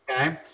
Okay